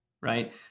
right